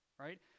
right